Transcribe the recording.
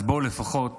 אז בואו, לפחות